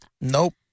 Nope